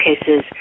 cases